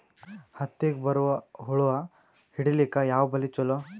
ಹತ್ತಿಗ ಬರುವ ಹುಳ ಹಿಡೀಲಿಕ ಯಾವ ಬಲಿ ಚಲೋ?